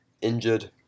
injured